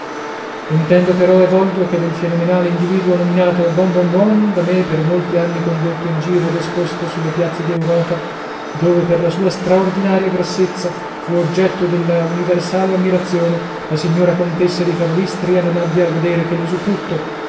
intendo però e voglio che del fenomenale individuo nominato boo bom bomm da me per molti anni condotto in giro ed esposto sulle piazze di europa dove per la sua straordinaria grassezza fu oggetto della universale ammirazione la signora contessa di karolystria non abbia a godere che l'usufrutto